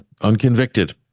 unconvicted